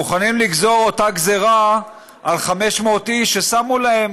מוכנים לגזור אותה גזרה על 500 איש ששמו להם